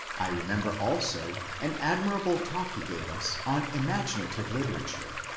i remember also an admirable talk he gave us on imaginative literature,